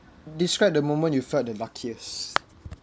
describe the moment you felt the luckiest